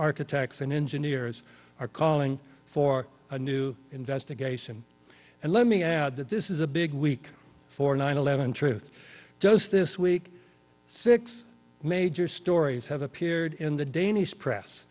architects and engineers are calling for a new investigation and let me add that this is a big week for nine eleven truth does this week six major stories have appeared in the danish press